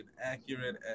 accurate